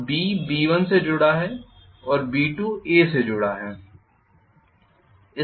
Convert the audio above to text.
अब B B1 से जुड़ा है और B2 A से जुड़ा है